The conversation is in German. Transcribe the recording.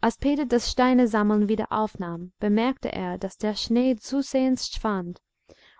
als peter das steinesammeln wieder aufnahm bemerkte er daß der schnee zusehends schwand